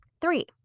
Three